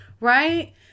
Right